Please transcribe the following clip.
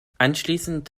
anschließend